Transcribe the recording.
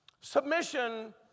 Submission